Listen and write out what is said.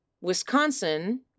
Wisconsin